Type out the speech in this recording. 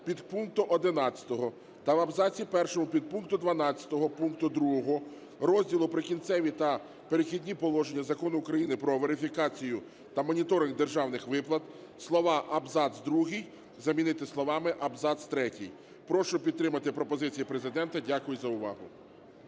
підпункту 11 та в абзаці 1 підпункту 12 пункту 2 розділу "Прикінцеві та перехідні положення" Закону України "Про верифікацію та моніторинг державних виплат" слова "абзац 2" замінити словами "абзац 3". Прошу підтримати пропозиції Президента. Дякую за увагу.